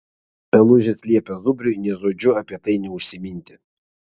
pelužis liepė zubriui nė žodžiu apie tai neužsiminti